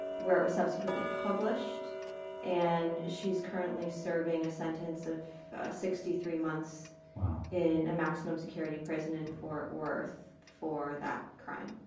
where it was subsequently published and she's currently serving a sentence of sixty three months in a maximum security in fort worth for that crime.